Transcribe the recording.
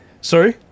sorry